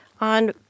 on